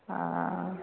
हाँ